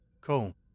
cool